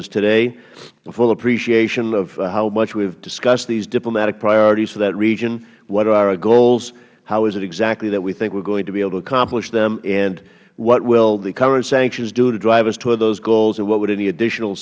us today a full appreciation of how much we have discussed these diplomatic priorities for that region what are our goals how is it exactly that we think we are going to be able to accomplish them and what will the current sanctions do to drive us toward those goals and what would any additional